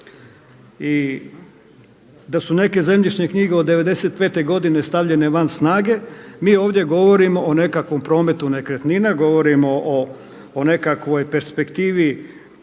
da su neke zemljišne knjige od 95. godine stavljene van snage. Mi ovdje govorimo o nekakvom prometu nekretnina, govorimo o nekakvoj perspektivi